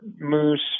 moose